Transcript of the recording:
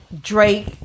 Drake